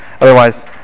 Otherwise